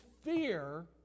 fear